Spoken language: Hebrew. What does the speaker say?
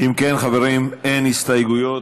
אם כן, חברים, אין הסתייגויות,